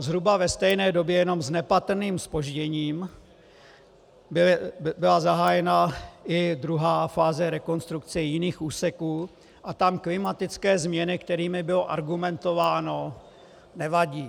Zhruba ve stejné době, jenom s nepatrným zpožděním, byla zahájena i druhá fáze rekonstrukce jiných úseků, a tam klimatické změny, kterými bylo argumentováno, nevadí.